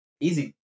Easy